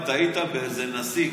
אם טעית באיזה נשיא,